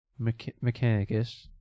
Mechanicus